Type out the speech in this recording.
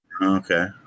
Okay